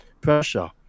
pressure